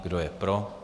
Kdo je pro?